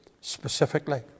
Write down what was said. specifically